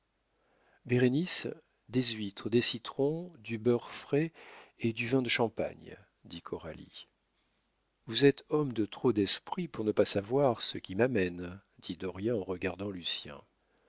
bérénice des huîtres des citrons du beurre frais et du vin de champagne dit coralie vous êtes homme de trop d'esprit pour ne pas savoir ce qui m'amène dit dauriat en regardant lucien